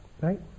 right